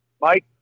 Mike